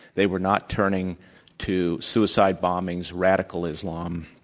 they were not turning to suicide bombings, radical islam.